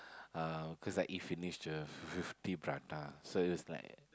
uh cause I eat finish the fifty prata so it was like